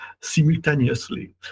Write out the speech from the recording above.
simultaneously